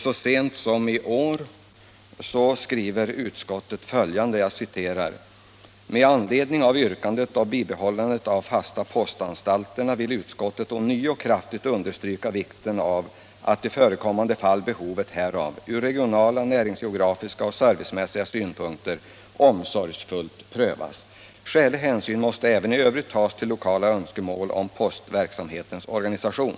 Så sent som i år skriver trafikutskottet följande: ”Med anledning av yrkandet om bibehållandet av de fasta postanstalterna vill utskottet ånyo kraftigt understryka vikten av att i förekommande fall behovet härav — ur regionala, näringsgeografiska och servicemässiga synpunkter — omsorgsfullt prövas. Skälig hänsyn måste även i Övrigt tas till lokala önskemål om postverksamhetens organisation.